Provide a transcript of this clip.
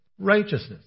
Righteousness